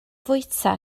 fwyta